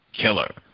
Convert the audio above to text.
killer